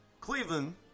Cleveland